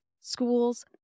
schools